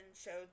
showed